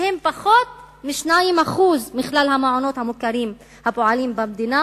והם פחות מ-2% מכלל המעונות המוכרים הפועלים במדינה,